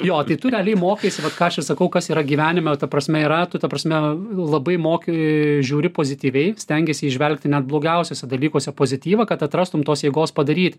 jo tai tu realiai mokaisi vat ką aš ir sakau kas yra gyvenime ta prasme yra tu ta prasme labai moki žiūri pozityviai stengiesi įžvelgti net blogiausiuose dalykuose pozityvą kad atrastum tos jėgos padaryt